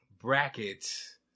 brackets